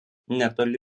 netoli